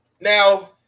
Now